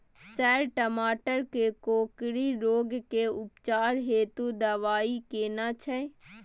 Sir टमाटर में कोकरि रोग के उपचार हेतु दवाई केना छैय?